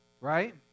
right